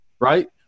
right